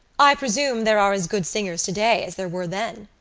i presume there are as good singers today as there were then.